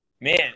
man